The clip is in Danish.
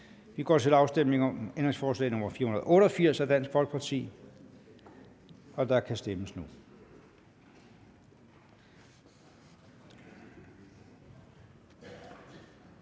Vi går til ændringsforslag nr. 487 af Dansk Folkeparti, og der kan stemmes nu.